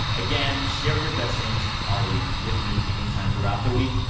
again, share your best things all week with me any time throughout the week.